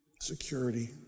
Security